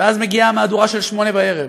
ואז מגיעה המהדורה של הערב,